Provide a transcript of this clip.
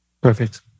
Perfect